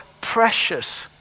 precious